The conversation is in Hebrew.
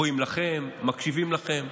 רואים לכם, מקשיבים לכם.